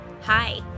Hi